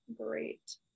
great